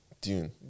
dune